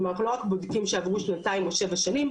כלומר אנחנו לא רק בודקים שעברו שנתיים או שבע שנים,